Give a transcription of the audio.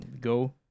Go